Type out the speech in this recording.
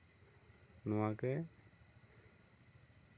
ᱱᱚᱣᱟᱜᱮ